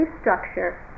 structure